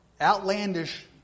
outlandish